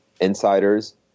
insiders